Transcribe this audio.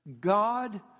God